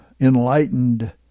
enlightened